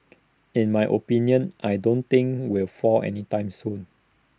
in my opinion I don't think will fall any time soon